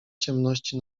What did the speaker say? ciemności